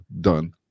Done